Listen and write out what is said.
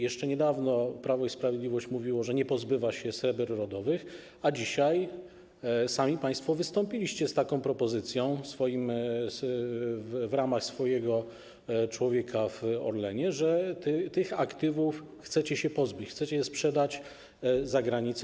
Jeszcze niedawno Prawo i Sprawiedliwość mówiło, że nie pozbywa się sreber rodowych, a dzisiaj sami państwo wystąpiliście z taką propozycją poprzez swojego człowieka w Orlenie i tych aktywów chcecie się pozbyć, chcecie je sprzedać za granicę.